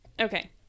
Okay